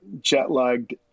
jet-lagged